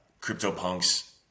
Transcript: CryptoPunks